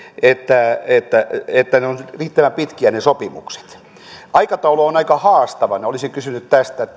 että että sopimukset ovat riittävän pitkiä kun aikataulu on aika haastava niin olisin kysynyt tästä